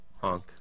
Honk